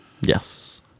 Yes